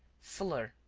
fuller,